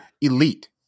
Elite